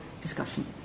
discussion